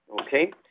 Okay